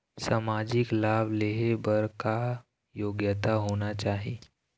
सामाजिक लाभ लेहे बर का योग्यता होना चाही?